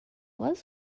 was